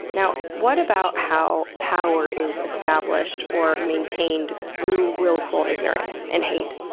now, what about how power is established or maintained through willful ignorance and hate?